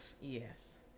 Yes